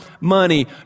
money